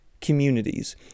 communities